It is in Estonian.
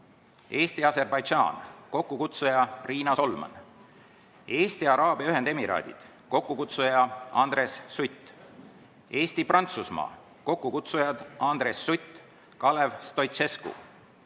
Eesti-Aserbaidžaan, kokkukutsuja Riina Solman; Eesti – Araabia Ühendemiraadid, kokkukutsuja Andres Sutt; Eesti-Prantsusmaa, kokkukutsujad Andres Sutt, Kalev Stoicescu;